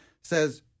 says